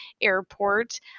airport